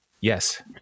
Yes